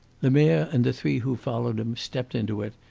lemerre and the three who followed him stepped into it,